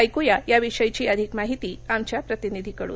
ऐकूया याविषयीची अधिक माहिती आमच्या प्रतिनिधीकडून